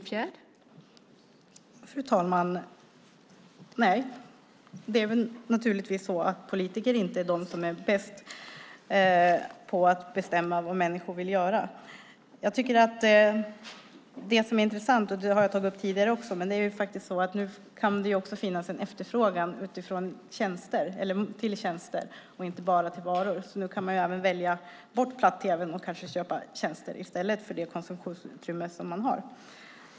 Fru talman! Nej, naturligtvis är inte politiker de som är bäst på att bedöma vad människor vill göra. Men nu kan det finnas en efterfrågan på tjänster och inte bara på varor, så då kan man välja bort platt-tv:n och köpa tjänster för det konsumtionsutrymme man har.